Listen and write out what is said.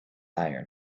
iron